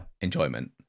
enjoyment